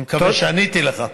אני מקווה שעניתי לך.